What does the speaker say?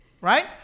right